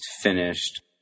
finished